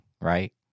Right